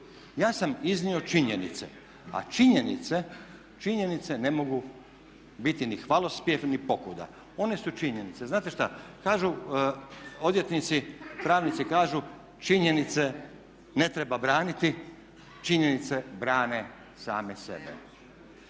Ja sam iznio činjenice, a činjenice ne mogu biti ni hvalospjev ni pokuda one su činjenice. Znate šta kažu odvjetnici, pravnici kažu činjenice ne treba braniti, činjenice brane same sebe.